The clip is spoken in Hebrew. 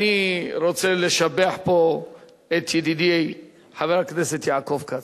אני רוצה לשבח פה את ידידי חבר הכנסת יעקב כץ,